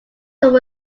some